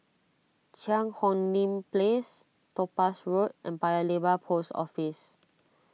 Cheang Hong Lim Place Topaz Road and Paya Lebar Post Office